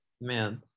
Man